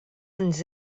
ens